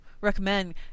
recommend